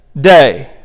day